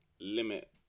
limit